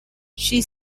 she